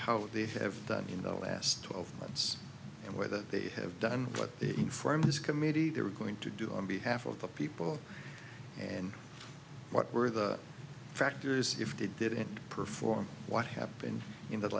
how they have done in the last twelve months and whether they have done what informs this committee they were going to do on behalf of the people and what were the factors if they didn't perform what happened in the